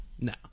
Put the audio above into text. No